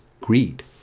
greed